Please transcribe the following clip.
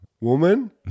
Woman